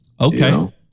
Okay